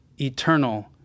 eternal